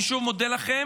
אני שוב מודה לכם.